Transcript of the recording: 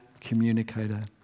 communicator